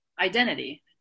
identity